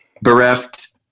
bereft